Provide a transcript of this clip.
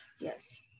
yes